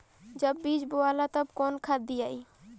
जब बीज बोवाला तब कौन खाद दियाई?